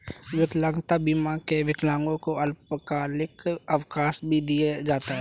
विकलांगता बीमा में विकलांगों को अल्पकालिक अवकाश भी दिया जाता है